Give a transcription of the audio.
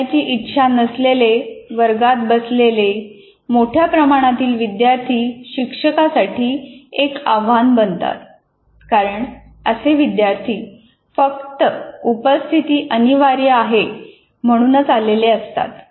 शिकण्याची इच्छा नसलेले वर्गात बसलेले मोठ्या प्रमाणातील विद्यार्थी शिक्षकासाठी एक आव्हान बनतात कारण असे विद्यार्थी फक्त उपस्थिती अनिवार्य आहे म्हणून आलेले असतात